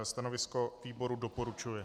Stanovisko výboru doporučuje.